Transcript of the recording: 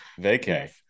vacay